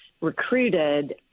recruited